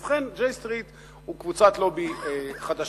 ובכן, J Street היא קבוצת לובי חדשה,